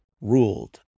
ruled